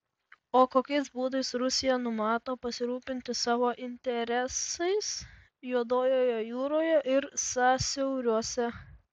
o kokiais būdais rusija numato pasirūpinti savo interesais juodojoje jūroje ir sąsiauriuose